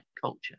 culture